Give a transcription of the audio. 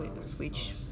switch